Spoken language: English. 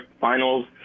finals